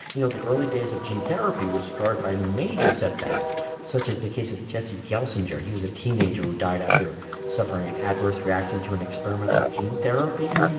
you know, the early days of gene therapy were scarred by major setbacks, such as the case of jesse gelsinger. he was a teenager who died after suffering an adverse reaction to an experimental gene therapy.